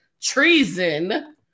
treason